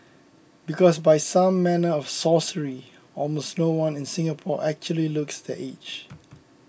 because by some manner of sorcery almost no one in Singapore actually looks their age